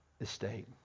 estate